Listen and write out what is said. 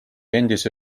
endise